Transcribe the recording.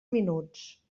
minuts